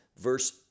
verse